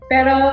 Pero